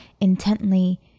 intently